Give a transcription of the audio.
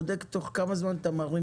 של הלקוח וכמובן השונות בהם תהיה גם